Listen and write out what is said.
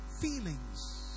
feelings